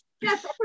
Yes